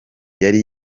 yari